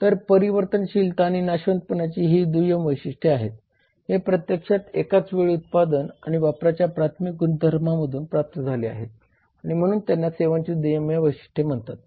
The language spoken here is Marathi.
तर परिवर्तनशीलता आणि नाशवंतपणाची ही दुय्यम वैशिष्ट्ये आहेत हे प्रत्यक्षात एकाच वेळी उत्पादन आणि वापराच्या प्राथमिक गुणधर्मांमधून प्राप्त झाले आहे आणि म्हणून त्यांना सेवांची दुय्यम वैशिष्ट्ये म्हणतात